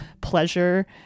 pleasure